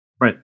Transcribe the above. Right